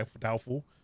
doubtful